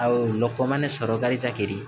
ଆଉ ଲୋକମାନେ ସରକାରୀ ଚାକିରି